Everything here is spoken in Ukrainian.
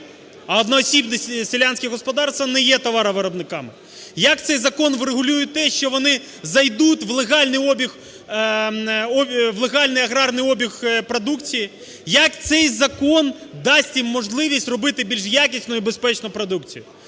А одноосібні селянські господарства не є товаровиробниками. Як цей закон врегулює те, що вони зайдуть в легальний обіг, в легальний аграрний обіг продукції? Як цей закон дасть їм можливість робити більш якісну і безпечну продукцію?